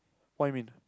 what you mean